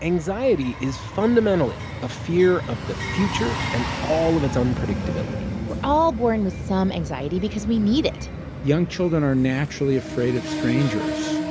anxiety is fundamentally a fear of the future and all of its unpredictability we're all born with some anxiety because we need it young children are naturally afraid of strangers.